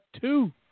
two